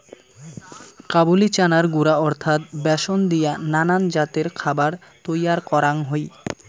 কাবুলি চানার গুঁড়া অর্থাৎ ব্যাসন দিয়া নানান জাতের খাবার তৈয়ার করাং হই